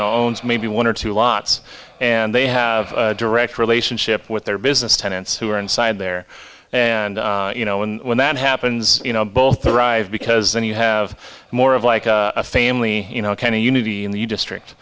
know maybe one or two lots and they have a direct relationship with their business tenants who are inside there and you know and when that happens you know both thrive because then you have more of like a family you know ok unity in the district